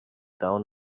down